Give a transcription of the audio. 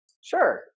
Sure